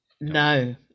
No